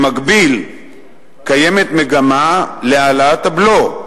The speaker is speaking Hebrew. במקביל קיימת מגמה להעלאת הבלו,